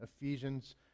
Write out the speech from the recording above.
Ephesians